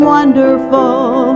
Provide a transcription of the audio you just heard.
wonderful